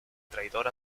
traidor